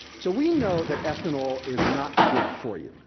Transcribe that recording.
so, we know that ethanol is not good for you,